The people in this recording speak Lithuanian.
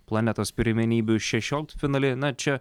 planetos pirmenybių šešioliktfinalį na čia